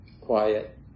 quiet